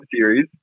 series